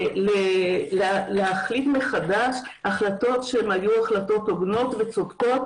להחליט מחדש החלטות שהן היו החלטות הוגנות וצודקות,